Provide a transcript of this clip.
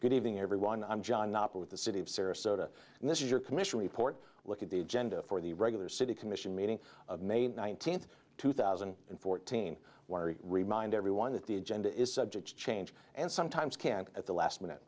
good evening everyone i'm john with the city of sarasota and this is your commission report look at the agenda for the regular city commission meeting may nineteenth two thousand and fourteen remind everyone that the agenda is subject to change and sometimes can at the last minute